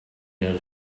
إلى